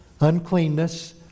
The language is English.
uncleanness